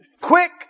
Quick